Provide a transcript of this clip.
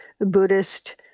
Buddhist